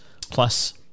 Plus